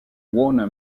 warner